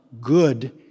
good